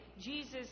Jesus